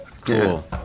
Cool